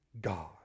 God